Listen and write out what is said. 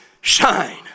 shine